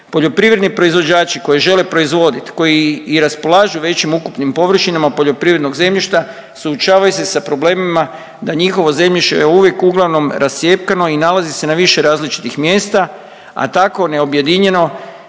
Poljoprivredni proizvođači koji žele proizvoditi, koji i raspolažu većim ukupnim površinama poljoprivrednog zemljišta suočavaju se sa problemima da njihovo zemljište je uvijek uglavnom rascjepkano i nalaze se na više različitih mjesta, a tako neobjedinjeno